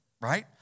right